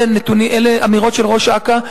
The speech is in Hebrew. אלה אמירות של ראש אכ"א.